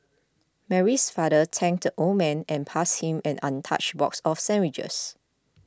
Mary's father thanked the old man and passed him an untouched box of sandwiches